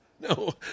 No